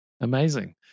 Amazing